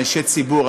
אנשי ציבור,